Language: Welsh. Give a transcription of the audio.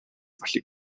felly